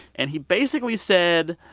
and he basically said,